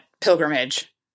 pilgrimage